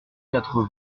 quatre